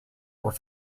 were